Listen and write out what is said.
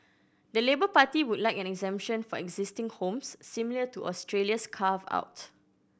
the Labour Party would like an exemption for existing homes similar to Australia's carve out